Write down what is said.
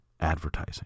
advertising